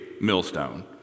millstone